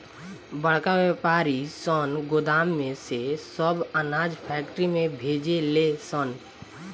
बड़का वायपारी सन गोदाम में से सब अनाज फैक्ट्री में भेजे ले सन